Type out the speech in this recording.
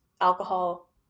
alcohol